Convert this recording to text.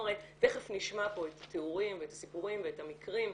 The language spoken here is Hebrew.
תיכף נשמע פה את התיאורים ואת הסיפורים ואת המקרים,